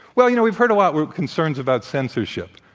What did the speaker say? well, you know, we've heard a lot concerns about censorship.